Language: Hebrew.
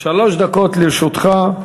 שלוש דקות לרשותך,